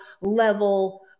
level